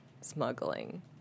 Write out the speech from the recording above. smuggling